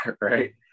Right